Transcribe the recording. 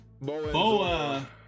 Boa